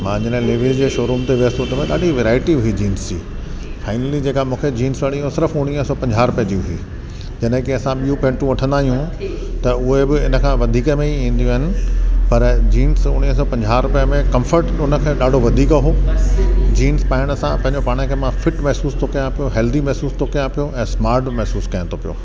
मुंहिंजे लाइ लेविज जे शोरूम ते वियुसि त ॾाढी वैरायटी हुई जींस जी फाइनली जेका मूंखे जींस वणी हो सिर्फ उणिवीह सौ पंजाहु रुपिए जी हुई जॾहिं कि असां ॿियूं पैंटू वठंदा आहियूं त उहे बि इन खां वधीक में ई ईंदियूं आहिनि पर जींस उणिवीह सौ पंजाहु रुपिए में कंफट हुन खे ॾाढो वधीक हुओ जींस पाइण सां पंहिंजो पाण खे मां फिट महसूस थो कया पियो हैल्दी महसूस थो कया पियों ऐं स्माट महसूस थो कया पियो